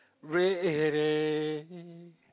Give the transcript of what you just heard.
ready